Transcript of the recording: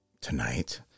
Tonight